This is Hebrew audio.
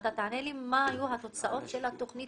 שאתה תענה לי מה היו התוצאות של התוכנית